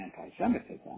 anti-Semitism